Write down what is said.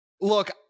Look